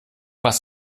was